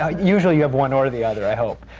ah usually you have one or the other, i hope.